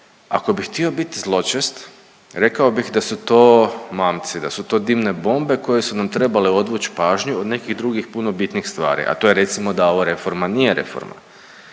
ako bih htio biti zločest rekao bih da su to mamci, da su to dimne bombe koje su nam trebale odvući pažnju od nekih drugih puno bitnijih stvari, a to je recimo da ova reforma nije reforma.